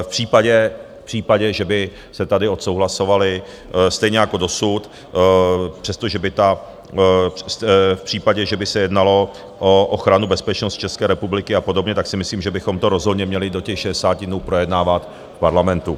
V případě, že by se tady odsouhlasovali, stejně jako dosud, přestože by ta... v případě, že by se jednalo o ochranu, bezpečnost České republiky a podobně, tak si myslím, že bychom to rozhodně měli do těch 60 dnů projednávat v Parlamentu.